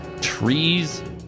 trees